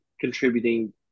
contributing